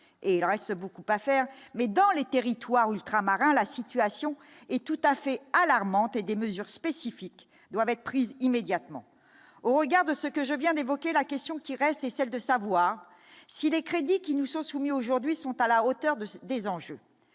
et il reste beaucoup à faire, mais dans les territoires ultramarins, la situation est tout à fait alarmantes des mesures spécifiques doivent être prises immédiatement au regard de ce que je viens d'évoquer la question qui reste est celle de savoir si les crédits qui nous sont soumis, aujourd'hui, sont à la hauteur de des enjeux,